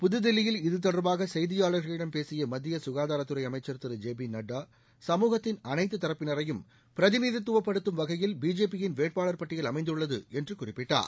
புதுதில்லியில் இது தொடர்பாக செய்தியாளர்களிடம் பேசிய மத்திய க்காதாரத்துறை அமைச்சர் திரு ஜே பி நட்டா சமூகத்தின் அனைத்து தரப்பினரையும் பிரதிநித்துவப்படுத்தும் வகையில் பிஜேபியின் வேட்பாளர் பட்டியல் அமைந்துள்ளது என்று குறிப்பிட்டார்